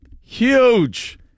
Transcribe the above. Huge